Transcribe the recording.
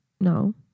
No